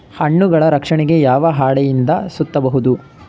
ಹಣ್ಣುಗಳ ರಕ್ಷಣೆಗೆ ಯಾವ ಹಾಳೆಯಿಂದ ಸುತ್ತಬಹುದು?